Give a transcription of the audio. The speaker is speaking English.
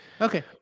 Okay